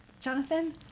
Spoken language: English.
Jonathan